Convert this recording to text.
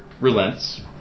relents